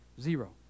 Zero